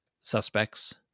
suspects